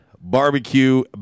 barbecue